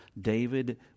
David